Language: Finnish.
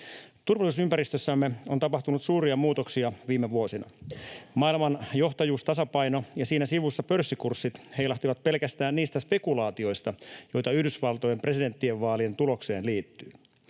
Turvallisuusympäristössämme on tapahtunut suuria muutoksia viime vuosina. Maailman johtajuustasapaino ja siinä sivussa pörssikurssit heilahtivat pelkästään niistä spekulaatioista, joita Yhdysvaltojen presidentinvaalien tulokseen liittyy.